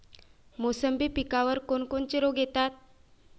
मोसंबी पिकावर कोन कोनचे रोग येतात?